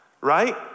right